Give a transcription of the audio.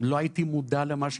לא הייתי מודע למה שקרה,